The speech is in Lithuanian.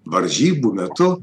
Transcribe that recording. varžybų metu